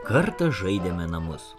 kartą žaidėme namus